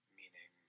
meaning